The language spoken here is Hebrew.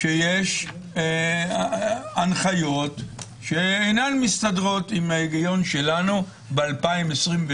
שיש הנחיות שאינן מתיישבות עם ההיגיון שלנו ב-2021,